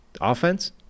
Offense